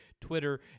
Twitter